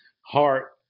heart